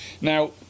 Now